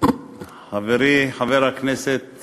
חברי, חבר הכנסת